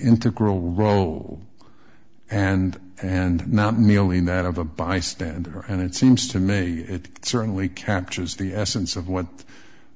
integral role and and not me only in that of a bystander and it seems to me it certainly captures the essence of what